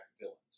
villains